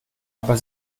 aber